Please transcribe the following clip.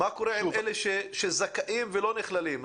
מה קורה עם אלה שזכאים ולא נכללים בתוכנית?